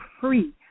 free